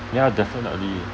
ya definitely